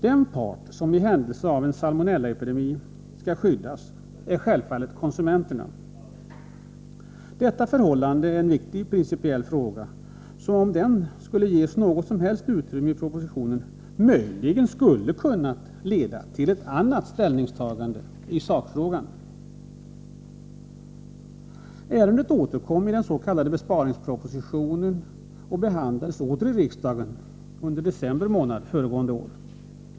Den part som i händelse av en salmonellaepidemi skall skyddas är självfallet konsumenterna. Detta förhållande är en viktig principiell fråga, som, om den skulle ges något som helst utrymme i propositionen, möjligen kunde leda till ett annat ställningstagande i sakfrågan. Ärendet återkom i den s.k. besparingspropositionen och behandlades i riksdagen under december månad föregående år.